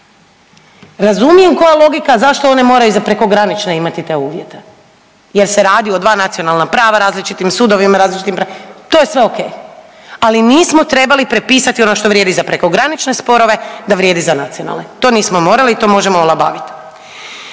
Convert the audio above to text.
Razumijem koja logika, zašto one moraju za prekogranične imati te uvjete? Jer se radi o dva nacionalna prava, različitim sudovima, različitim pravima, to je sve o.k. Ali nismo trebali prepisati ono što vrijedi za prekogranične sporove, da vrijedi za nacionalne. To nismo morali, to možemo olabaviti.